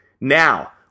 Now